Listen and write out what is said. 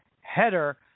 header